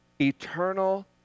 Eternal